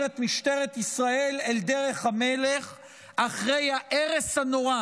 את משטרת ישראל אל דרך המלך אחרי ההרס הנורא